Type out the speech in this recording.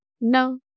No